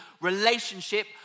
relationship